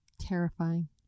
Terrifying